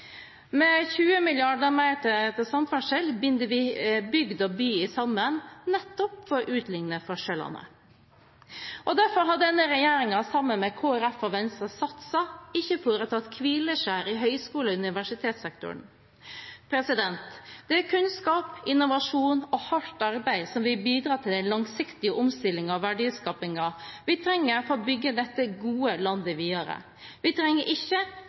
Med 20 mrd. kr mer til samferdsel binder vi bygd og by sammen nettopp for å utligne forskjellene. Derfor har denne regjeringen sammen med Kristelig Folkeparti og Venstre satset, ikke tatt hvileskjær, i høyskole- og universitetssektoren. Det er kunnskap, innovasjon og hardt arbeid som vil bidra til den langsiktige omstillingen og verdiskapingen vi trenger for å bygge dette gode landet videre. Vi trenger ikke